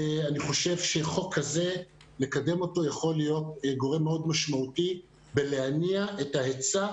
אני חושב שקידום חוק כזה יכול להיות גורם מאוד משמעותי בהנעת ההיצע,